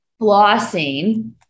Flossing